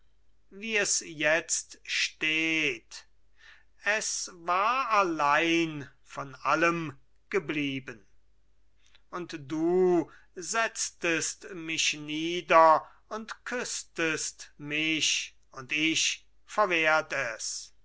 wie es jetzt steht es war allein von allem geblieben und du setztest mich nieder und küßtest mich und ich verwehrt es